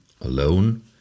alone